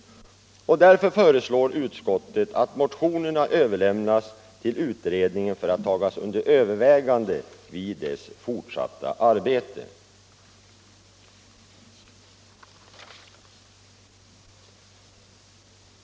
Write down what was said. Därför föreslår utskottet att motionerna överlämnas till denna utredning för att tas under övervägande vid dess fortsatta arbete.